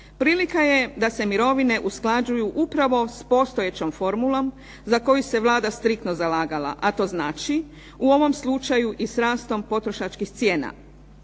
Prilika je da se mirovine usklađuju upravo s postojećom formulom za koju se Vlada striktno zalagala, a to znači u ovom slučaju i s rastom potrošačkih cijena.